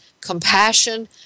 compassion